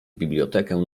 bibliotekę